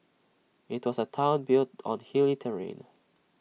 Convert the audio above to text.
IT was A Town built on hilly terrain